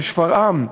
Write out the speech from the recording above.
בשפרעם,